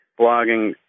blogging